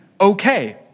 okay